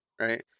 right